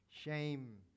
shame